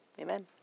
Amen